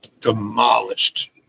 demolished